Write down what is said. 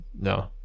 No